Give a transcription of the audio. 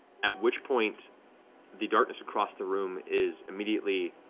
at which point the darkness across the room is immediately